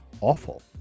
awful